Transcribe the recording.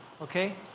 okay